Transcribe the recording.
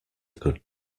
good